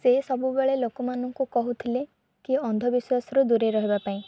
ସେ ସବୁବେଳେ ଲୋକମାନଙ୍କୁ କହୁଥିଲେ କି ଅନ୍ଧ ବିଶ୍ୱାସରୁ ଦୂରେଇ ରହିବା ପାଇଁ